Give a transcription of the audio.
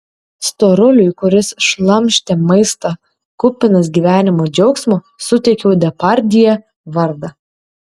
storuliui kuris šlamštė maistą kupinas gyvenimo džiaugsmo suteikiau depardjė vardą